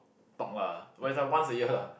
talk lah but it's a once year lah